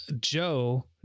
Joe